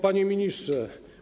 Panie Ministrze!